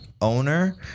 owner